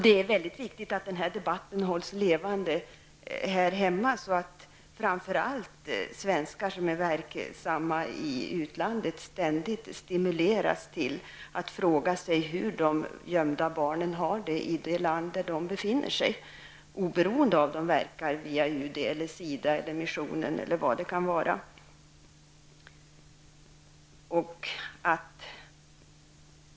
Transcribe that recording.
Det är mycket viktigt att debatten om dessa frågor hålls levande i vårt land, så att särskilt svenskar som är verksamma i utlandet ständigt stimuleras att fråga sig hur de gömda barnen har det i det land där de befinner sig. Det gäller oberoende av om dessa personer verkar via UD, SIDA, missionen eller vad det kan vara fråga om.